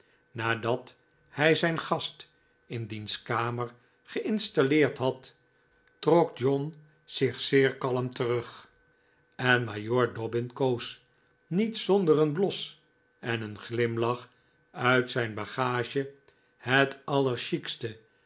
nadat hij zijn gast in diens kamer ge'i'nstalleerd had trok john zich zeer kalm terug en majoor dobbin koos niet zondcr een bios en een glimlach uit zijn bagage het